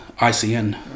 ICN